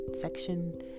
section